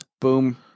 Boom